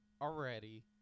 already